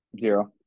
Zero